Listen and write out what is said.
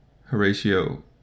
Horatio